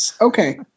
Okay